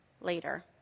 later